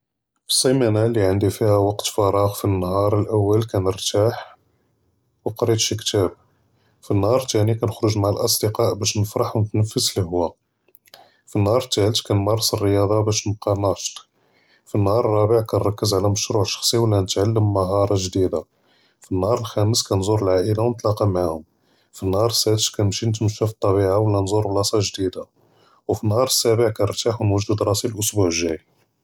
פִּלְסִימּאנַה לִי עַנְדִי פִיהَا וַקְת פְּרָאג', פִּלְנהַאר לְאוּל כּנְרְתַּاح וּקְרֵית שִי קִתַאב, פַלְנהַאר תַּנִי כּנְخְרַג מַעַ לְאַסְדְּקַּא בַּאש נְפַרְח וּנְתְנַפַּס לְהַוַא, פַלְנהַאר תְּלֵית כּנְמַארֵס לְרִיاضة בַּאש נִبְקֵּי נַאשֵׁט, פַלְנהַאר רָבְע כּנְרַכֵּז עַלַא מְשְרוּع שְחַصִי וּנְתְעַלַּם מְהַארַה גְ'דִידָה, פַלְנהַאר חַמִיס כּנְזוּר לְעַא'ילַה וּנְתְלַאקַּא מְעַהּוּם, פַלְנהַאר שֵּתּ כּנְמְשִי נְתְמַשּّى פַּטְטַבִּיעַה וּנְזוּר בְּלַאסַה גְ'דִידָה, וּפַלְנהַאר שְּבַּע כּנְרְתַּاح וּנְווַדֵד רַאסִי לְלְאוּסְבּוּעַ לַגַ'אי.